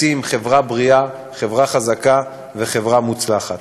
רוצים חברה בריאה, חברה חזקה וחברה מוצלחת.